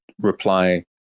reply